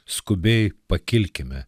skubiai pakilkime